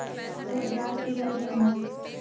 रोजगार के लिए ऋण?